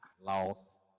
lost